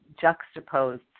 juxtaposed